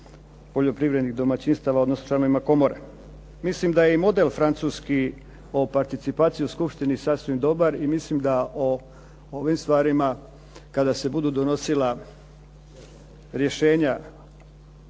poljoprivrednih domaćinstava, odnosno članovima komore. Mislim da je i model francuski o participaciji u skupštini sasvim dobar i mislim da o ovim stvarima kada se budu donosila rješenja